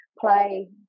play